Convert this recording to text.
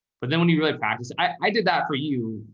but then when you really practice it, i did that for you.